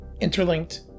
Interlinked